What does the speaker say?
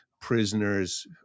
prisoners